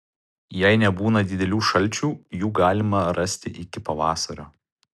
jei nebūna didelių šalčių jų galima rasti iki pavasario